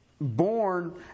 born